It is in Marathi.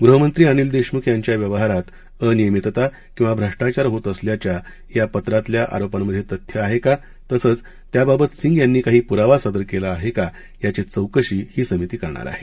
गृहमंत्री अनिल देशमुख यांच्या व्यवहारात अनियमतता किंवा भ्रष्टाचार होत असल्याच्या या पत्रातल्या आरोपांमधे तथ्य आहे का तसंच त्याबाबत सिंग यांनी काही पुरावा सादर केला आहे का याची चौकशी ही समिती करणार आहे